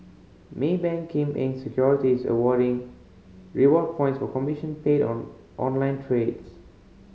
Maybank Kim Eng Securities awarding reward points of commission paid on online trades